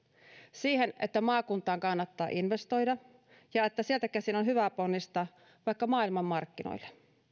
siihen että maakuntaan kannattaa investoida ja että sieltä käsin on hyvä ponnistaa vaikka maailmanmarkkinoille